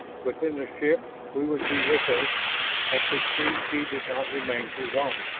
within the ship we would be with her and could see she did not remain too long.